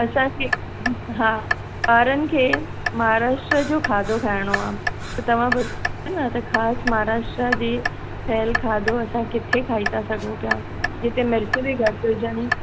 असांखे हा ॿारनि खे महाराष्ट्रा जो खाधो खाइणो आहे त तव्हां ॿुधायो न ख़ासि महाराष्ट्रा जी ठहियल खाधो असां किथे खाई था सघूं पिया जिथे मिर्च बि घटि हुजनि